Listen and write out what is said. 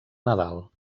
nadal